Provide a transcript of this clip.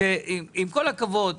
עם כל הכבוד,